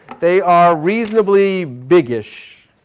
they are reasonably biggish,